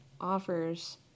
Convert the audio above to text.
offers